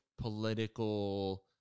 political